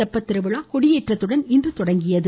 தெப்பத்திருவிழா கொடியேற்றத்துடன் இன்று தொடங்கியது